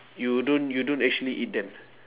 you don't you don't actually eat them